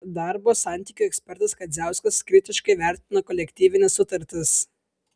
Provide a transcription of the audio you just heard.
darbo santykių ekspertas kadziauskas kritiškai vertina kolektyvines sutartis